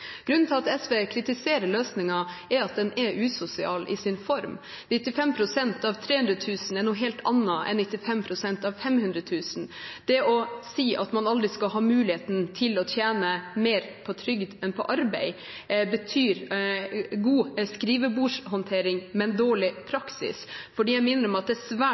Grunnen til at SV kritiserer løsningen, er at den er usosial i sin form. 95 pst. av 300 000 kr er noe helt annet enn 95 pst. av 500 000 kr. Det å si at man aldri skal ha muligheten til å tjene mer på trygd enn på arbeid, betyr god skrivebordshåndtering, men dårlig praksis, for jeg må innrømme at det er svært,